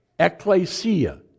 Ecclesia